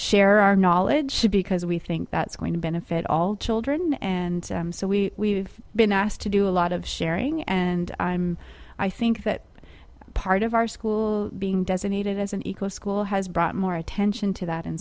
share our knowledge because we think that's going to benefit all children and so we been asked to do a lot of sharing and i'm i think that part of our school being designated as an eco school has brought more attention to that in